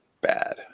bad